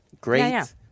Great